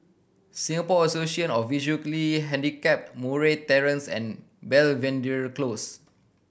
Singapore Association of Visually Handicapped Murray Terrace and Belvedere Close